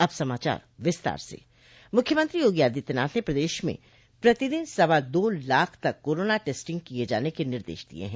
अब समाचार विस्तार से मुख्यमंत्री योगी आदित्यनाथ ने प्रदेश में प्रतिदिन सवा दो लाख तक कोरोना टेस्टिंग किय जाने के निर्देश दिये हैं